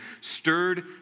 stirred